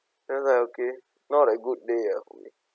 then I was like okay not a good day ah for me